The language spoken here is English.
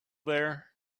there